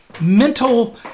mental